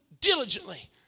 diligently